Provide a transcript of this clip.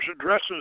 addresses